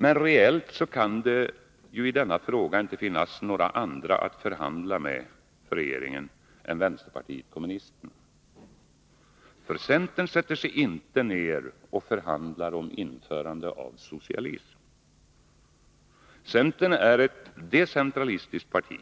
Men reellt kan det ju i denna fråga inte finnas några andra att förhandla med för regeringen än vänsterpartiet kommunisterna. Centern sätter sig inte ner och förhandlar om införande av socialism. Centern är ett decentralistiskt parti.